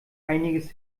einiges